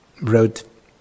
wrote